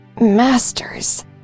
masters